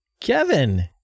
kevin